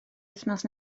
wythnos